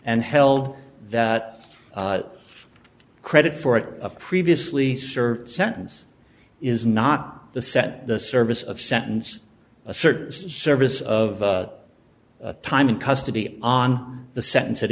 and held that credit for it previously served sentence is not the set the service of sentence a certain service of the time in custody on the sentence